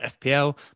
FPL